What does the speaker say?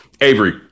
Avery